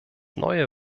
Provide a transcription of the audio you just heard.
neue